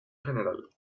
general